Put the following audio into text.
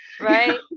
Right